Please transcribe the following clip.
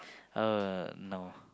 uh no